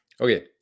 Okay